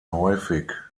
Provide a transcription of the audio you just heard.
häufig